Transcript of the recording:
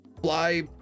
fly